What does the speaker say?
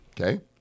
Okay